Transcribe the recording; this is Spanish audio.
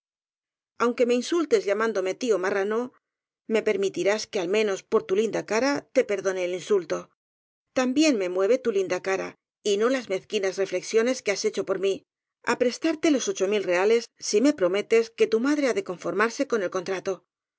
aunque me insultes llamándome tío marrano me permitirás que al menos por tu linda cara te perdone el insulto también me mueve tu linda cara y no las mezquinas reflexiones que has hecho por mí á prestarte los ocho mil reales si me pro metes que tu madre ha de conformarse con el